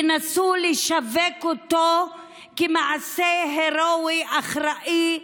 ינסו לשווק אותו כמעשה הרואי, אחראי,